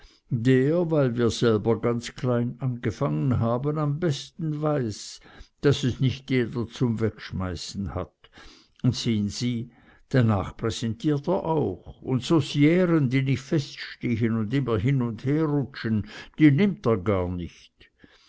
der weil wir selber ganz klein angefangen haben am besten weiß daß es nich jeder zum wegschmeißen hat un sehn sie danach präsentiert er auch und saucieren die nich feststehn und immer hin und her rutschen die nimmt er gar nich